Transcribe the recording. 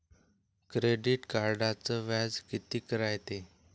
Credit कार्डचं व्याज कितीक रायते?